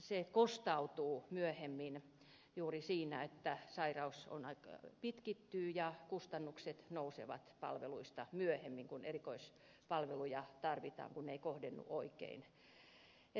se kostautuu myöhemmin juuri siinä että sairaus pitkittyy ja kustannukset palveluista nousevat myöhemmin kun erikoispalveluja tarvitaan kun palvelut eivät kohdennu oikein